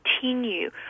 continue